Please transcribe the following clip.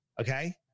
Okay